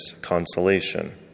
consolation